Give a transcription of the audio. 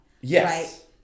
Yes